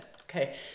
Okay